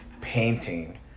painting